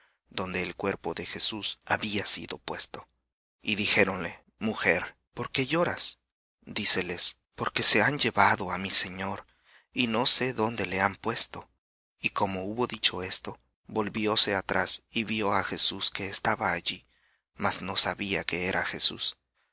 donde el cuerpo de jesús había sido puesto y dijéronle mujer por qué lloras díceles porque se han llevado á mi señor y no sé dónde le han puesto y como hubo dicho esto volvióse atrás y vió á jesús que estaba mas no sabía que era jesús